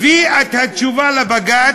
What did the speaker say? הביאה את התשובה לבג"ץ,